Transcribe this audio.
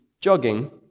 jogging